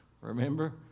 remember